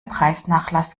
preisnachlass